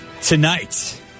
tonight